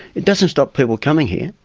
it doesn't stop people coming here,